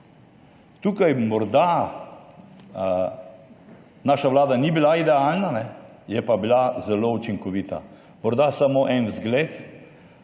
Tukaj morda naša vlada ni bila idealna, je pa bila zelo učinkovita. Morda samo en vzgled,